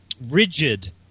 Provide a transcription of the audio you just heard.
rigid